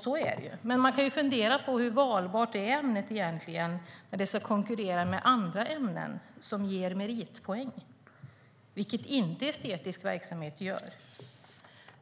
Så är det, men man kan fundera på hur valbart det egentligen är när det ska konkurrera med andra ämnen som ger meritpoäng, vilket estetisk verksamhet inte gör.